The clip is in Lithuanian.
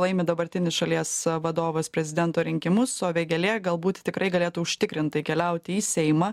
laimi dabartinis šalies vadovas prezidento rinkimus o vėgėlė galbūt tikrai galėtų užtikrintai keliauti į seimą